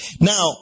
Now